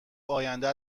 آینده